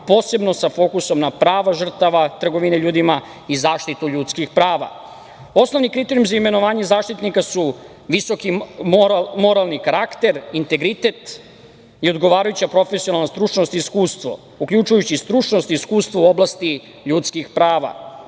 posebno sa fokusom na prava žrtava trgovine ljudima i zaštitu ljudskih prava. Osnovni kriterijumi za imenovanje Zaštitnika građana su visoki moralni karakter, integritet i odgovarajuća profesionalna stručnost i iskustvo, uključujući i stručnost i iskustvo u oblasti ljudskih prava. Članom